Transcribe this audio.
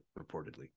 reportedly